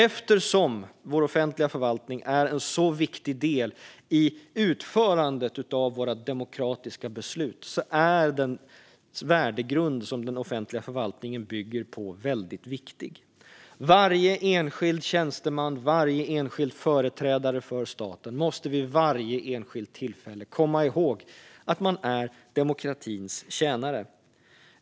Eftersom vår offentliga förvaltning är en så viktig del i utförandet av våra demokratiska beslut är den värdegrund som den offentliga förvaltningen bygger på väldigt viktig. Varje enskild tjänsteman, varje enskild företrädare för staten, måste vid varje enskilt tillfälle komma ihåg att man är demokratins tjänare.